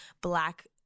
black